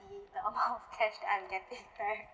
see the amount of cash that I'm getting right